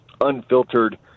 unfiltered